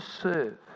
serve